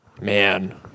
Man